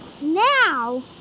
now